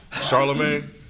Charlemagne